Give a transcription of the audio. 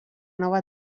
nova